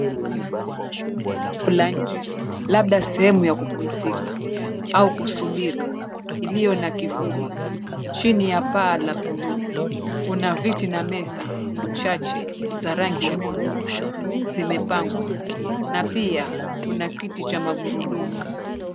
Eneo la nje labda sehemu ya kupumzika au kusubiri iliyo na kivuli, chini ya paa la buluu kuna viti na meza chache za rangi ya buluu zimepangwa, na pia kuna kiti cha magurudumu.